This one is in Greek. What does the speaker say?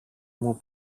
μου